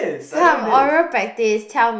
come oral practice tell me